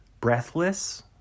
Breathless